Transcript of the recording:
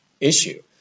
issue